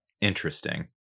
Interesting